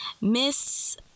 Miss